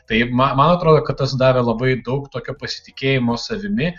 tai man man atrodo kad tas davė labai daug tokio pasitikėjimo savimi